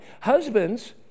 husbands